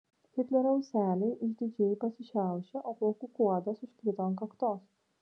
hitlerio ūseliai išdidžiai pasišiaušė o plaukų kuodas užkrito ant kaktos